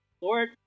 Lord